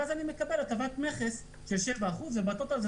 ואז אני מקבל הטבת מכס של 7% ובטוטל זה